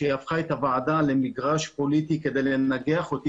שהפכה את הוועדה למגרש פוליטי כדי לנגח אותי